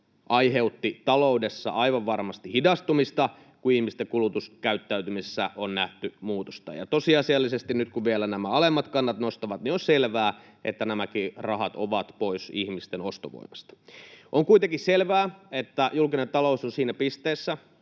aiheutti taloudessa aivan varmasti hidastumista, kun ihmisten kulutuskäyttäytymisessä on nähty muutosta. Ja tosiasiallisesti, nyt kun vielä nämä alemmat kannat nousevat, on selvää, että nämäkin rahat ovat pois ihmisten ostovoimasta. On kuitenkin selvää, että julkinen talous on siinä pisteessä,